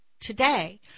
today